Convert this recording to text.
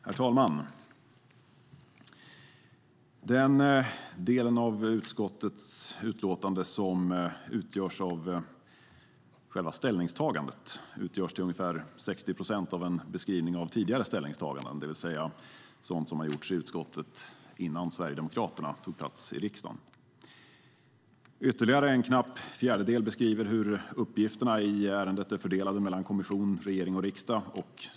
Herr talman! Den delen av utskottets utlåtande som utgörs av själva ställningstagandet är till 60 procent en beskrivning av tidigare ställningstaganden, det vill säga sådant som har gjorts i utskottet innan Sverigedemokraterna tog plats i riksdagen. Ytterligare en knapp fjärdedel av utlåtandet beskriver hur uppgifterna i ärendet är fördelade mellan kommission, regering och riksdag.